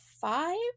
five